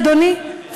אדוני,